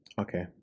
Okay